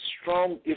strong